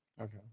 Okay